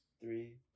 three